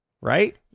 right